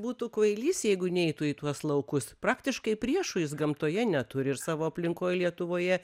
būtų kvailys jeigu neitų į tuos laukus praktiškai priešų jis gamtoje neturi ir savo aplinkoj lietuvoje